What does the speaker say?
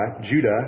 Judah